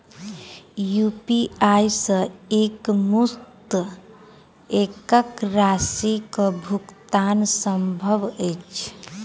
UPI सऽ एक मुस्त कत्तेक राशि कऽ भुगतान सम्भव छई?